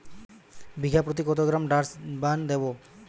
বিঘাপ্রতি কত gram Dursban দেবো?